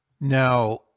Now